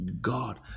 God